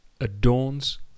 adorns